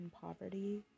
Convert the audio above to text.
poverty